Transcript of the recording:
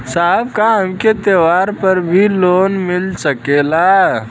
साहब का हमके त्योहार पर भी लों मिल सकेला?